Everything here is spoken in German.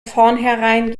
vornherein